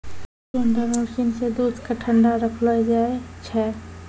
दूध भंडारण मसीन सें दूध क ठंडा रखलो जाय छै